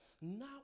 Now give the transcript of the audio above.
now